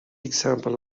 example